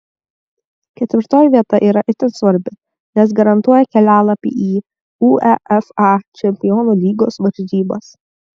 ketvirtoji vieta yra itin svarbi nes garantuoja kelialapį į uefa čempionų lygos varžybas